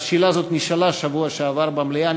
השאלה הזאת נשאלה בשבוע שעבר במליאה,